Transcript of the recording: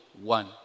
One